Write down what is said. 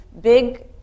big